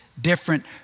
different